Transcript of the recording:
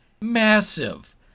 Massive